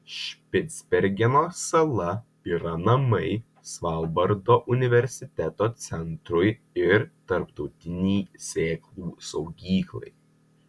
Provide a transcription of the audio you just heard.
špicbergeno sala yra namai svalbardo universiteto centrui ir tarptautinei sėklų saugyklai